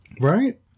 Right